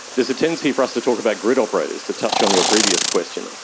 there's a tendency for us to talk about grid operators, to touch on your previous question, and